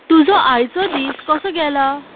तुजो आयचो दीस कसो गेला